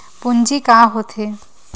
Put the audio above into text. पूंजी का होथे?